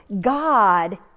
God